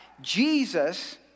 Jesus